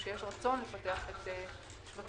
או יש רצון לפתח אותם,